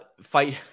Fight